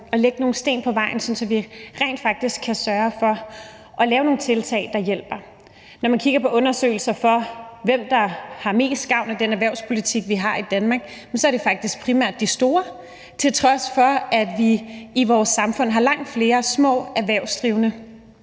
at lægge nogle trædesten på vejen, sådan at vi rent faktisk kan sørge for at lave nogle tiltag, der hjælper. Når man kigger på undersøgelser over, hvem der har mest gavn af den erhvervspolitik, vi har i Danmark, er det faktisk primært de store virksomheder, til trods for at vi i vores samfund har langt flere små erhvervsdrivende.